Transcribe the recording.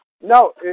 no